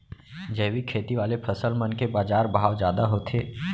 जैविक खेती वाले फसल मन के बाजार भाव जादा होथे